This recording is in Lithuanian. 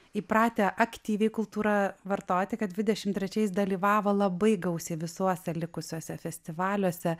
įpratę aktyviai kultūrą vartoti kad dvidešim trečiais dalyvavo labai gausiai visuose likusiuose festivaliuose